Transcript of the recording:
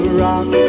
rock